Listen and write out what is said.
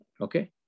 okay